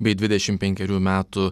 bei dvidešim penkerių metų